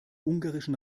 ungarischen